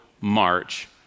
march